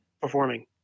performing